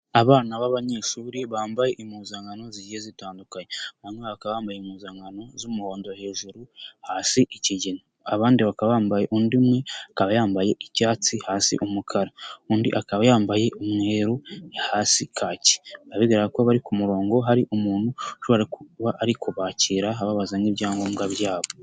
Abana b'abanyeshuri bambaye impuzankano zigiye zitandukanye, bamwe bakaba bambaye impuzankano z'umuhondo hejuru, hasi ikigina, abandi baka bambaye, undi umwe akaba yambaye icyatsi, hasi umukara, undi akaba yambaye umweru, hasi kaki, bikaba bigaragara ko bari ku murongo, hari umuntu ushobora ari kubakira, ababaza nk'ibyangombwa byabo.